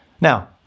Now